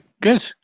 good